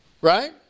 right